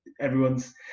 everyone's